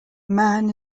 mann